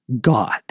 God